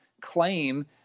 claim